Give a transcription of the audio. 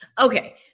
Okay